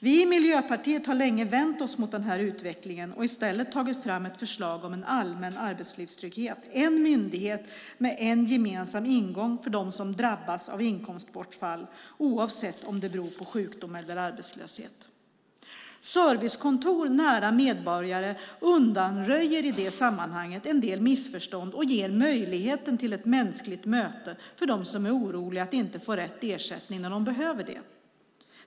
Vi i Miljöpartiet har länge vänt oss mot den här utvecklingen och istället tagit fram ett förslag om en allmän arbetslivstrygghet, en myndighet med en gemensam ingång för dem som drabbas av inkomstbortfall oavsett om det beror på sjukdom eller arbetslöshet. Servicekontor nära medborgare undanröjer i det sammanhanget en del missförstånd och ger möjligheten till ett mänskligt möte för dem som är oroliga att inte få rätt ersättning när de behöver det.